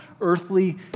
earthly